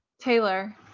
Taylor